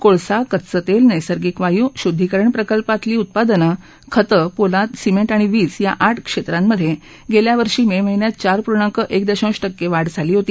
कोळसा कच्च तेल नैसर्गिंक वायू शुद्दीकरण प्रकल्पातील उत्पादनं खतं पोलाद सिमेंट आणि वीज या आठ क्षेत्रांमधे गेल्यावर्षी मे महिन्यात चार पूर्णांक एक दशांश टक्के वाढ झाली होती